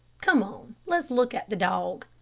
come on, let's look at the dog.